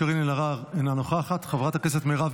אינו נוכח; חברת הכנסת קארין אלהרר,